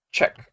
Check